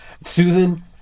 Susan